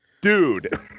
Dude